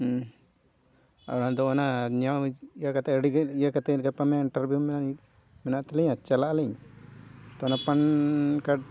ᱦᱮᱸ ᱟᱫᱷᱮᱱ ᱫᱚ ᱚᱱᱟ ᱧᱟᱢ ᱤᱭᱟᱹ ᱠᱟᱛᱮᱫ ᱟᱹᱰᱤᱜᱮ ᱤᱭᱟᱹ ᱠᱟᱛᱮᱫ ᱜᱟᱯᱟ ᱢᱮᱭᱟᱝ ᱤᱱᱴᱟᱨᱵᱷᱤᱭᱩ ᱢᱮᱱᱟᱜ ᱛᱟᱹᱞᱤᱧᱟ ᱪᱟᱞᱟᱜ ᱟᱹᱞᱤᱧ ᱛᱳ ᱚᱱᱟ ᱯᱮᱱ ᱠᱟᱨᱰ